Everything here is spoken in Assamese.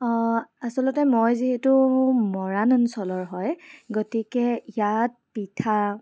আচলতে মই যিহেতু মৰাণ অঞ্চলৰ হয় গতিকে ইয়াত পিঠা